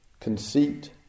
conceit